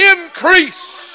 increase